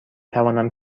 توانم